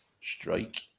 Strike